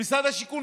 ממשרד השיכון,